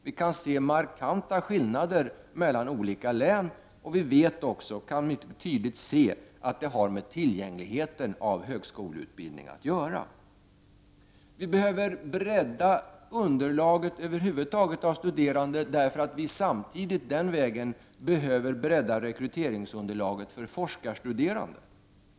Vi kan se markanta skillnader mellan olika län, och vi kan mycket tydligt se att detta har med tillgängligheten i fråga om högskoleutbildning att göra. Vi behöver över huvud taget bredda underlaget av studerande, eftersom det är nödvändigt att samtidigt den vägen kunna bredda rekryteringsunderlaget när det gäller forskarstuderande.